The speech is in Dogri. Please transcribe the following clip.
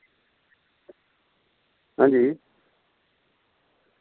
हांजी